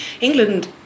England